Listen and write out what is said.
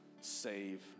save